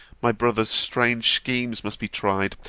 my brother's strange schemes must be tried,